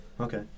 Okay